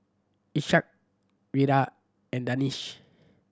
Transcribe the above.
Ishak Wira and Danish